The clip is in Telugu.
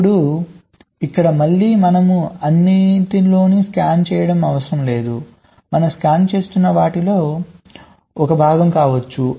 ఇప్పుడు ఇక్కడ మళ్ళీ మేము అన్నింటిలోనూ స్కాన్ చేయటం అవసరం లేదు మనం స్కాన్ చేస్తున్న వాటిలో ఒక భాగం కావచ్చు